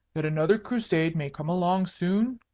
that another crusade may come along soon?